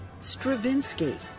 Stravinsky